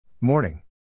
Morning